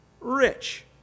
rich